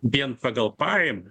vien pagal pajam